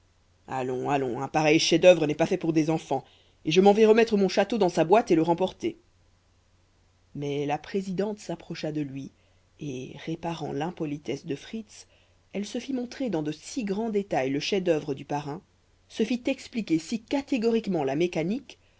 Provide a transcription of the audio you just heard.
allons allons un pareil chef-d'œuvre n'est pas fait pour des enfants et je m'en vais remettre mon château dans sa boîte et le remporter mais la présidente s'approcha de lui et réparant l'impolitesse de fritz elle se fit montrer dans de se grands détails le chef-d'œuvre du parrain se fit expliquer si catégoriquement la mécanique